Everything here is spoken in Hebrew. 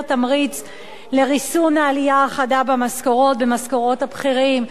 תמריץ לריסון העלייה החדה במשכורות הבכירים,